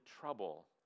trouble